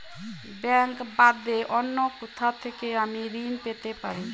Bank বাদে অন্য কোথা থেকে আমি ঋন পেতে পারি?